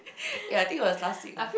ya I think it was last week lah